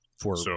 for-